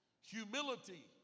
Humility